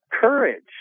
courage